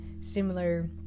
similar